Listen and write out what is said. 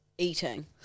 Eating